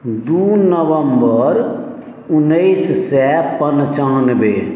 दू नवम्बर उन्नैस सए पंचानबे